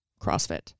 CrossFit